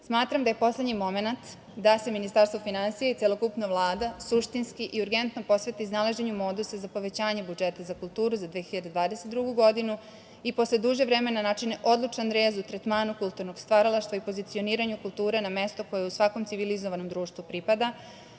smatram da je poslednji momenat da se Ministarstvo finansija i celokupna Vlada suštinski i urgentno posveti iznalaženju modusa za povećanje budžeta za kulturu za 2022. godinu i posle dužeg vremena načini odlučan rez u tretmanu kulturnog stvaralaštva i pozicioniranju kulture na mesto koje joj u svakom civilizovanom društvu pripada,